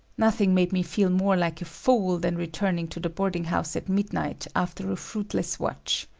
nothing made me feel more like a fool than returning to the boarding house at midnight after a fruitless watch.